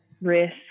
risk